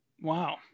Wow